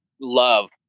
love